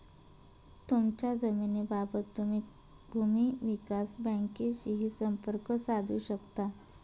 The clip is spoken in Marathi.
तुमच्या जमिनीबाबत तुम्ही भूमी विकास बँकेशीही संपर्क साधू शकता